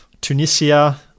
Tunisia